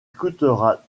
coûtera